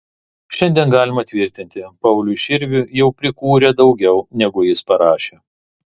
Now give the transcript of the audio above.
šiandien galima tvirtinti pauliui širviui jau prikūrė daugiau negu jis parašė